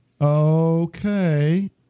Okay